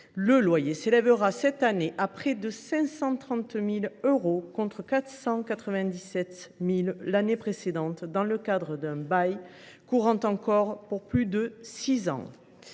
s’élèvera cette année à près de 530 000 euros, contre 497 000 euros l’année précédente, dans le cadre d’un bail courant encore pour plus de six ans.